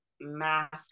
mask